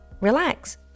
relax